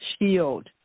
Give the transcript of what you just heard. shield